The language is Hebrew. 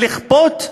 ולכפות,